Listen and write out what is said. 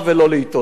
תעזבו אותי.